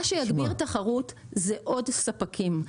מה שיגביר תחרות זה עוד ספקים,